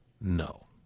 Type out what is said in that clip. No